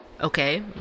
Okay